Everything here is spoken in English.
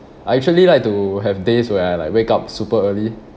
I actually like to have days where I like wake up super early